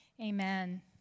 Amen